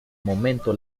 momento